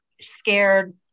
scared